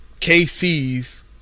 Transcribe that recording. KC's